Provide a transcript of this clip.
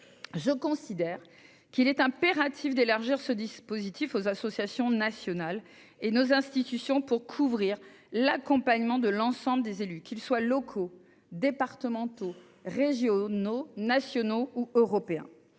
Je considère qu'il est impératif d'élargir ce dispositif aux associations nationales et à nos institutions, pour couvrir l'accompagnement de l'ensemble des élus, qu'ils soient locaux, départementaux, régionaux, nationaux ou européens.